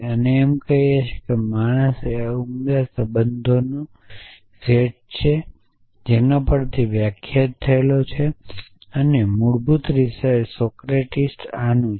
અને એમ કહીને કે માણસ એ ઉમદા સંબંધનો સંબંધ છે જે સેટ ઉપર વ્યાખ્યાયિત થાય છે અને મૂળભૂત રીતે સોક્રેટીસ આની છે